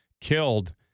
killed